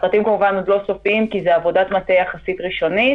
הפרטים כמובן עדיין לא סופיים כי זו עבודת מטה יחסית ראשונית.